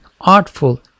artful